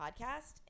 podcast